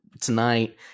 tonight